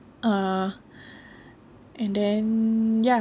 ah and then